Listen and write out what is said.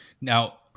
Now